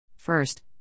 First